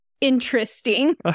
interesting